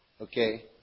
okay